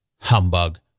Humbug